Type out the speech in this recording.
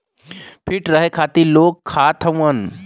feet रहे खातिर लोग खात हउअन